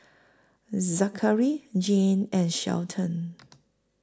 Zakary Jeanne and Shelton